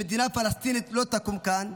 שמדינה פלסטינית לא תקום כאן.